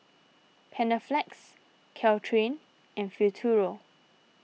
Panaflex Caltrate and Futuro